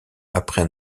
après